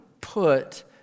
put